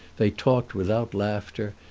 they talked without laughter,